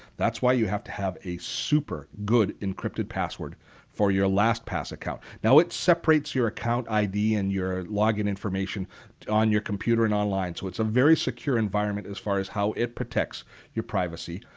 that's why you have to have a super good encrypted password for your lastpass account. now it separates your account id and your log-in information on your computer and online so it's a very secure environment as far as how it protects your privacy.